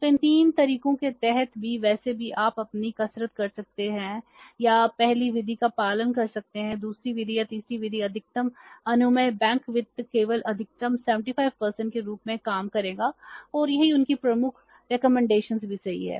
तो इन 3 तरीकों के तहत भी वैसे भी आप अपनी कसरत कर सकते हैं या पहली विधि का पालन कर सकते हैं दूसरी विधि या तीसरी विधि अधिकतम अनुमेय बैंक वित्त केवल अधिकतम 75 के रूप में काम करेगा और यही उनकी प्रमुख सिफारिशें भी सही हैं